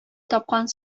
тапкан